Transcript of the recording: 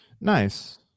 nice